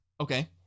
Okay